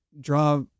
draw